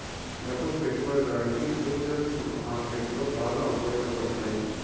డబ్బు పెట్టుబడిదారునికి ఫుచర్స్ మార్కెట్లో బాగా ఉపయోగపడతాయి